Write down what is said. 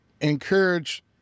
encourage